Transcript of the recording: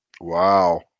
Wow